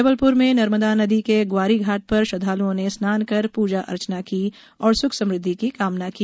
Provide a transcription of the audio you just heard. जबलपुर में नर्मदा नदी के ग्वारी घाट पर श्रद्वालुओं ने स्नान कर पूजा अर्चना की और सुख समृद्धि की कामना की